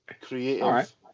creative